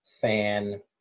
fan